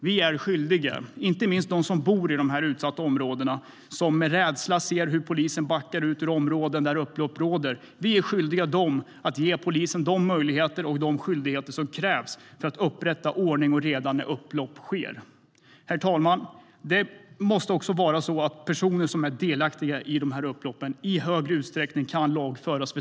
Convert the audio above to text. Vi är skyldiga, inte minst alla dem som bor i dessa områden och som med rädsla ser hur polisen backar ut ur områden där upplopp råder, att ge polisen de möjligheter och skyldigheter som krävs för att upprätta ordning och reda när upplopp sker. Herr talman! Det måste också vara så att personer som är delaktiga i upplopp i högre grad kan lagföras.